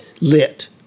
lit